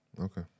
okay